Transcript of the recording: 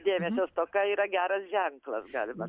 dėmesio stoka yra geras ženklas galima